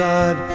God